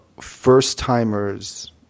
first-timers